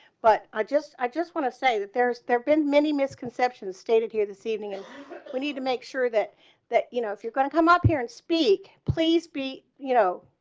but i just, i just want to say that there is there been many misconceptions stated here this evening and we need to make sure that that you know if you're gonna come up here and speak please be you know,